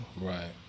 right